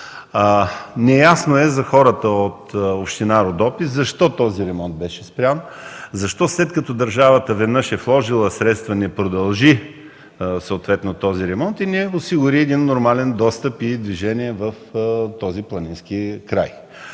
бюджет. За хората от община Родопи е неясно защо този ремонт беше спрян, защо след като държавата веднъж е вложила средства, не продължи ремонта и не осигури нормален достъп и движение в този планински край?